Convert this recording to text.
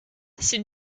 c’est